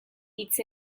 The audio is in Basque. hitz